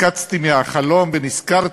וברור שהחוק הזה תוכנן ומתוכנן